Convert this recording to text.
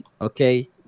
Okay